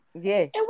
Yes